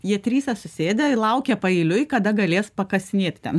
jie tryse susėdę laukia paeiliui kada galės pakasinėt ten